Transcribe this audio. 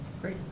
Great